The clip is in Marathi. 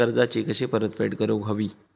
कर्जाची कशी परतफेड करूक हवी?